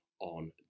on